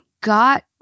got